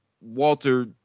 Walter